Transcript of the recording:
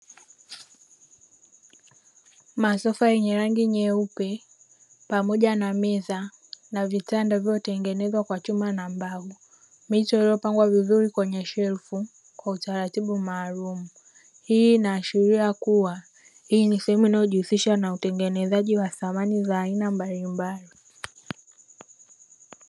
Masofa yenye rangi nyeupe pamoja na meza na vitanda vilivyotengenezwa kwa chuma na mbao, mito iliyopangwa vizuri kwenye shelfu kwa utaratibu maalumu, hii inaashiria kuwa ni sehemu inayojihusisha na utengenezaji wa samani mbalimbali.